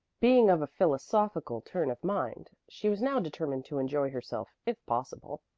being of a philosophical turn of mind, she was now determined to enjoy herself, if possible.